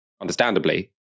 understandably